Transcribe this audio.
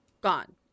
gone